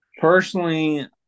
Personally